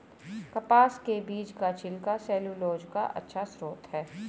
कपास के बीज का छिलका सैलूलोज का अच्छा स्रोत है